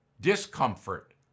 discomfort